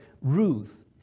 Ruth